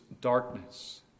darkness